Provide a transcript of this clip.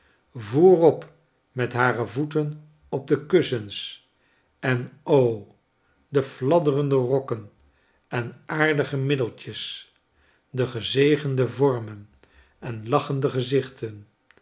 met hare voeten op de kussens en o de fladderende rokken en aardige middeltjes de gezegende vormen en lachende gezichten